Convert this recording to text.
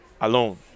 alone